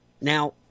Now